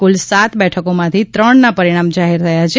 કુલ સાત બેઠકોમાંથી ત્રણના પરિણામ જાહેર થયા છે